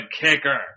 kicker